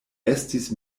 estis